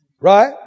Right